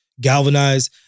galvanize